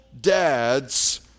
dads